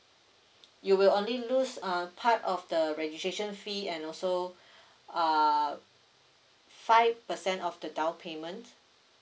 you will only lose uh part of the registration fee and also uh five percent of the down payment